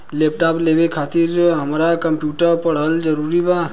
Laptop लेवे खातिर हमरा कम्प्युटर पढ़ल जरूरी बा?